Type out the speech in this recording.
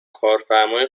کارفرمای